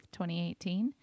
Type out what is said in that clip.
2018